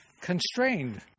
constrained